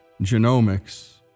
Genomics